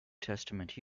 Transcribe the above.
testament